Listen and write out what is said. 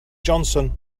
johnson